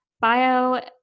bio